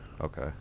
okay